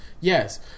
Yes